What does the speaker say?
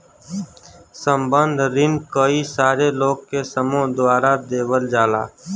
संबंद्ध रिन कई सारे लोग के समूह द्वारा देवल जाला